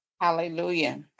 Hallelujah